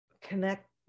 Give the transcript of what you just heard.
connect